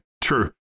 true